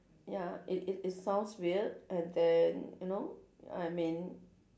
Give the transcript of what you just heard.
ya it it it sounds weird and then you know I mean